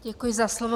Děkuji za slovo.